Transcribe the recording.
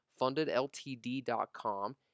Fundedltd.com